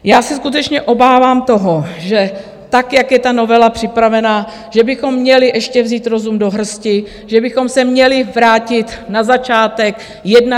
Já se skutečně obávám toho, že tak jak je ta novela připravená, že bychom měli ještě vzít rozum do hrsti, že bychom se měli vrátit na začátek, jednat.